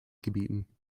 gebieten